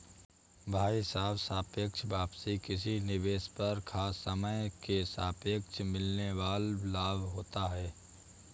भाई साहब सापेक्ष वापसी किसी निवेश पर खास समय के सापेक्ष मिलने वाल लाभ होता है